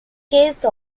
case